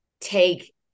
take